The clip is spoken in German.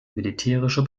militärische